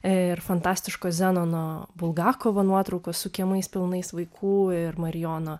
ir fantastiško zenono bulgakovo nuotraukos su kiemais pilnais vaikų ir marijono